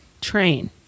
train